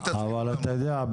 אבל אתה יודע,